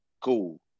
cool